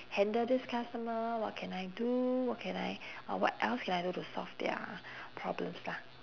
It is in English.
handle this customer what can I do what can I uh what else can I do to solve their problems lah